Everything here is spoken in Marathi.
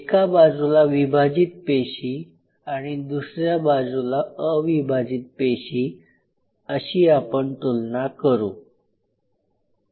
एका बाजूला विभाजीत पेशी आणि दुसऱ्या बाजूला अविभाजीत पेशी अशी आपण तुलना करू